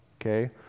okay